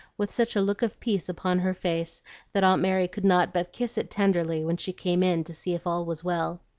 with such a look of peace upon her face that aunt mary could not but kiss it tenderly when she came in to see if all was well.